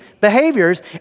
behaviors